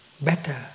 better